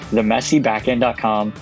themessybackend.com